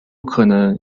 可能